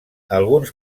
alguns